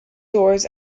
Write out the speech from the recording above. doors